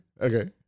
Okay